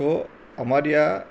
તો અમારી આ